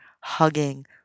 hugging